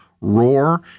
roar